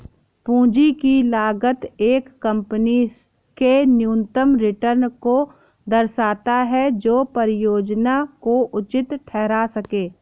पूंजी की लागत एक कंपनी के न्यूनतम रिटर्न को दर्शाता है जो परियोजना को उचित ठहरा सकें